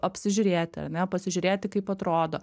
apsižiūrėti ar ne pasižiūrėti kaip atrodo